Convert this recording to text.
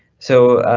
so,